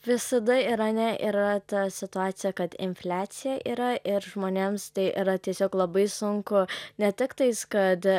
visada irane yra ta situacija kad infliacija yra ir žmonėms tai yra tiesiog labai sunku ne tiktais kad